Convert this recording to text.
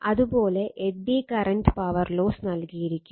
അതുപോലെ eddy current power loss നൽകിയിരിക്കുന്നു